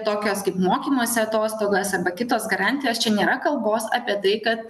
tokios kaip mokymosi atostogos arba kitos garantijos čia nėra kalbos apie tai kad